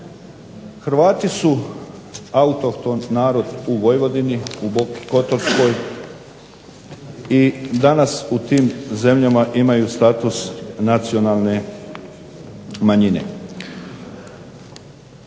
Hrvati su autohtoni narod u Vojvodini, u Boki kotorskoj i danas u tim zemljama imaju status nacionalne manjine.